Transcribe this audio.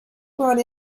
brought